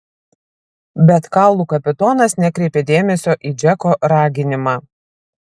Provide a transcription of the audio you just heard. bet kaulų kapitonas nekreipė dėmesio į džeko raginimą